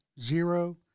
zero